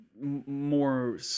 more